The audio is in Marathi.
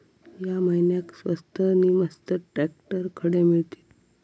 या महिन्याक स्वस्त नी मस्त ट्रॅक्टर खडे मिळतीत?